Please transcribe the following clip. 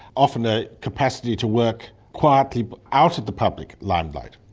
often a capacity to work quietly out of the public limelight.